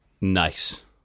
Nice